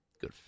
good